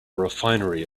refinery